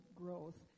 growth